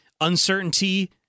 uncertainty